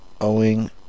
owing